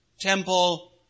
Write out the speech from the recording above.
temple